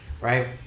right